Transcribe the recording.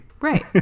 Right